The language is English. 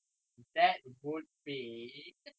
tau sambal